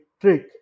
trick